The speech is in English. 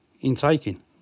intaking